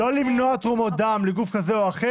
-- לא למנוע התרמות דם לגוף כזה או אחר